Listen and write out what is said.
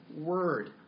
word